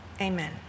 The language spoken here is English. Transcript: Amen